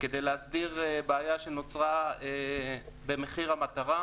כדי להסדיר בעיה שנוצרה במחיר המטרה.